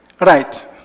Right